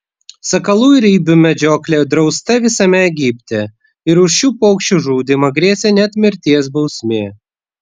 sakalų ir ibių medžioklė drausta visame egipte ir už šių paukščių žudymą grėsė net mirties bausmė